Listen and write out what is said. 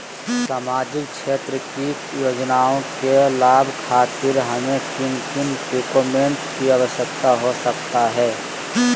सामाजिक क्षेत्र की योजनाओं के लाभ खातिर हमें किन किन डॉक्यूमेंट की आवश्यकता हो सकता है?